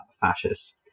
fascists